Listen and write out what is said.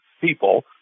people